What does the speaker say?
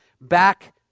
back